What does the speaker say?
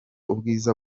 ubwiza